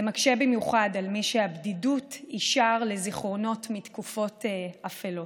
זה מקשה במיוחד על מי שהבדידות היא שער לזיכרונות מתקופות אפלות.